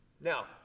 Now